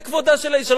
זה כבודה של האשה.